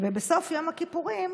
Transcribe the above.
בסוף יום הכיפורים,